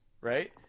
right